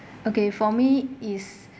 okay for me is when